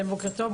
בוקר טוב,